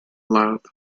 louth